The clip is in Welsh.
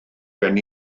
gen